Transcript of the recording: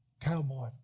cowboy